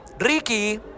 Ricky